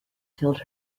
filled